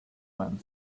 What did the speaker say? man